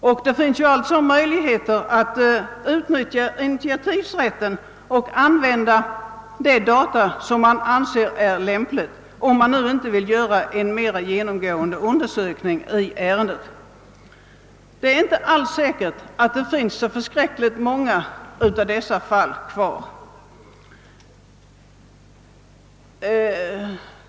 Det finns alltså möjligheter att utnyttja denna rätt och föreslå ett årtal som man anser är lämpligt, om man inte vill göra en mera genomgripande undersökning i ärendet. Det är inte alls säkert att det finns så många av dessa fall kvar.